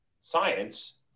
science